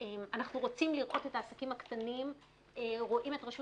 אנחנו בוודאי רוצים לראות את העסקים רואים את רשות